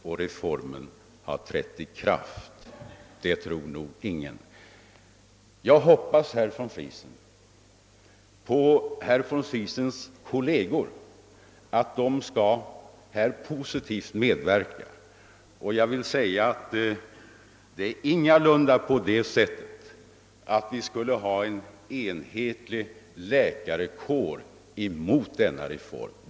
Jag hoppas att herr von Friesen och hans kolleger skall medverka positivt till ett genomförande av reformen. Jag vill säga att läkarkåren ingalunda enhälligt går emot denna reform.